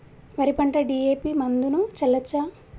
వరి పంట డి.ఎ.పి మందును చల్లచ్చా?